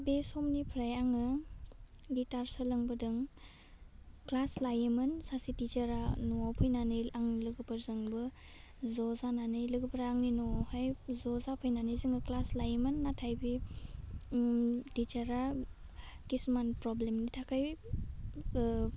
बे समनिफ्राय आङो गिथार सोलोंबोदों ख्लास लायोमोन सासे थिसारा न'वाव फैनानै आंनि लोगोफोरजोंबो ज' जानानै लोगोफ्रा आंनि न'आवहाय ज' जाफैनानै जोङो ख्लास लायोमोन नाथाइ बे उम थिसारा खिसुमान फ्रब्लेमनि थाखाइ ओह